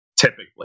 typically